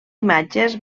imatges